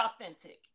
authentic